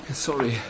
Sorry